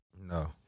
No